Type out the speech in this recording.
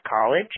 College